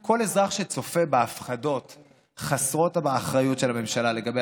כל אזרח שצופה בהפחדות חסרות האחריות של הממשלה לגבי